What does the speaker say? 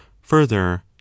further